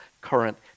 current